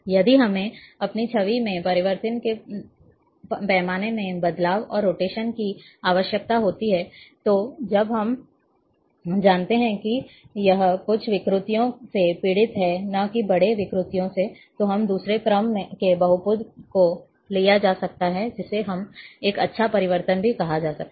यदि हमें अपनी छवि में परिवर्तन के पैमाने में बदलाव और रोटेशन की आवश्यकता होती है और जब हम जानते हैं कि यह कुछ विकृतियों से पीड़ित है न कि बड़े विकृतियों से तो हम दूसरे क्रम के बहुपद के लिए जा सकते हैं जिसे एक अच्छा परिवर्तन भी कहा जाता है